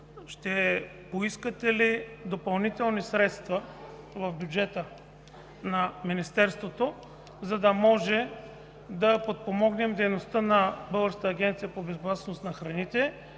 ще поискате ли допълнителни средства в бюджета на Министерството, за да можем да подпомогнем дейността на Българската агенция по безопасност на храните,